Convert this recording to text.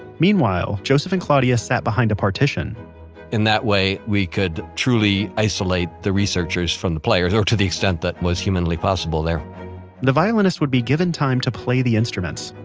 meanwhile, joseph and claudia sat behind a partition in that way, we could truly isolate the researchers from the player, or to the extent that was humanly possible there the violinist would be given time to play the instruments.